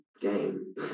game